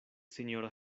sinjoro